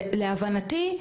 להבנתי,